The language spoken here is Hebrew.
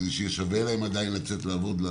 כדי שיהיה שווה לאישה לצאת לעבוד,